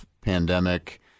pandemic